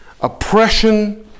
oppression